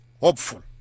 hopeful